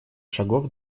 шагов